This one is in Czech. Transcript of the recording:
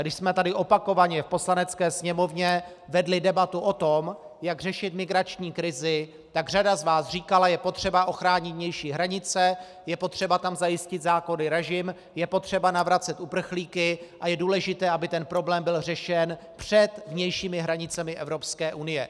Když jsme tady opakovaně v Poslanecké sněmovně vedli debatu o tom, jak řešit migrační krizi, tak řada z vás říkala, že je potřeba ochránit vnější hranice, je potřeba tam zajistit zákonný režim, je potřeba navracet uprchlíky a je důležité, aby problém byl řešen před vnějšími hranicemi Evropské unie.